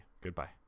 goodbye